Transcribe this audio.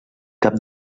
cap